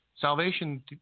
Salvation